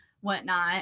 whatnot